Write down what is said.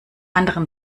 anderen